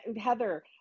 heather